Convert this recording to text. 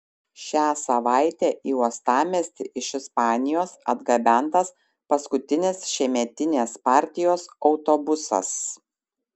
šią savaitę į uostamiestį iš ispanijos atgabentas paskutinis šiemetinės partijos autobusas